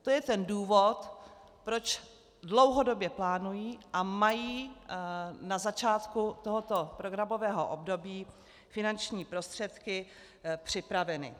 To je ten důvod, proč dlouhodobě plánují a mají na začátku tohoto programového období finanční prostředky připraveny.